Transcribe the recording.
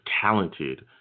talented